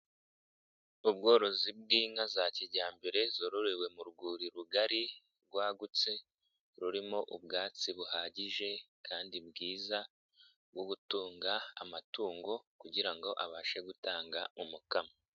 Ubworozi bw'inka za kijyambere zororewe mu rwuri rugari, rwagutse, rurimo ubwatsi buhagije kandi bwiza, bwobutunga amatungo kugira ngo abashe gutanga umukamo.